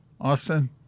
Austin